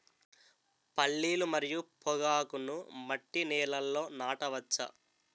పల్లీలు మరియు పొగాకును మట్టి నేలల్లో నాట వచ్చా?